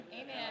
Amen